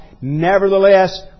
Nevertheless